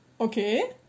Okay